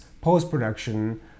post-production